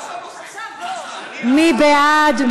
מי בעד?